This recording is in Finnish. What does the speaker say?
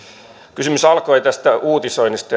kysymys alkoi tästä uutisoinnista